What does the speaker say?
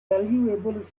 valuable